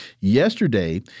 Yesterday